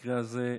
במקרה הזה,